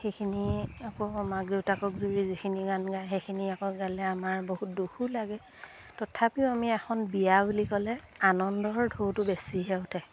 সেইখিনি আকৌ মাক দেউতাকক জুৰি যিখিনি গান গায় সেইখিনি আকৌ গালে আমাৰ বহুত দুখো লাগে তথাপিও আমি এখন বিয়া বুলি ক'লে আনন্দৰ ঢৌটো বেছিহে উঠে